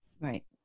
Right